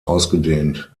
ausgedehnt